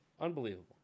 Unbelievable